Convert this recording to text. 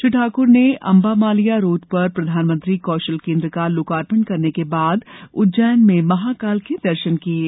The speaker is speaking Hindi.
श्री ठाक्र ने अम्बामालिया रोड पर प्रधानमंत्री कौशल केन्द्र का लोकार्पण करने के बाद उज्जैन में महाकाल के दर्शन किये